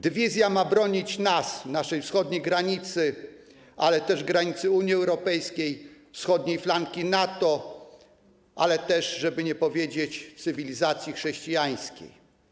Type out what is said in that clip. Dywizja ma bronić nas, naszej wschodniej granicy, ale też granicy Unii Europejskiej, wschodniej flanki NATO, żeby nie powiedzieć: cywilizacji chrześcijańskiej.